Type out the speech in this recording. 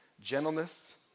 gentleness